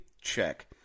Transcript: check